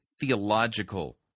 theological